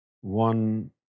One